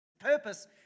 Purpose